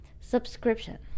Subscription